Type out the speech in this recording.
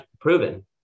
proven